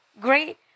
great